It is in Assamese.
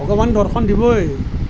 ভগৱান দৰ্শন দিবই